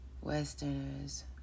Westerners